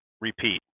repeat